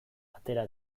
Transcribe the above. atera